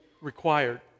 required